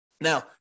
Now